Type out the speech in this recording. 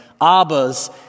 Abbas